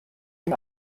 den